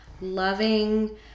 loving